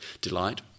delight